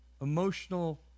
emotional